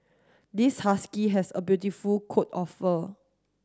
this husky has a beautiful coat of fur